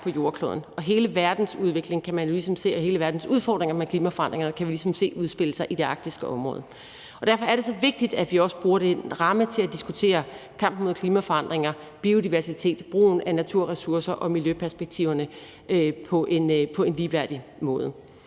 på jordkloden. Hele verdens udvikling og hele verdens udfordringer med klimaforandringerne kan man ligesom se udspille sig i det arktiske område. Derfor er det så vigtigt, at vi også bruger den ramme til at diskutere kampen mod klimaforandringer, biodiversitet, brugen af naturressourcer og miljøperspektiverne på en ligeværdig måde.